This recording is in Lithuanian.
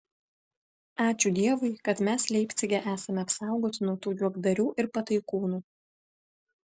ačiū dievui kad mes leipcige esame apsaugoti nuo tų juokdarių ir pataikūnų